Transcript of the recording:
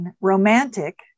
romantic